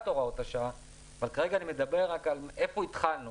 הוראות השעה אבל כרגע אני מדבר על איפה התחלנו?